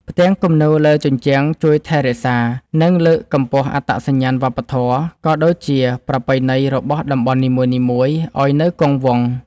ផ្ទាំងគំនូរលើជញ្ជាំងជួយថែរក្សា និងលើកកម្ពស់អត្តសញ្ញាណវប្បធម៌ ក៏ដូចជាប្រពៃណីរបស់តំបន់នីមួយៗឱ្យនៅគង់វង្ស។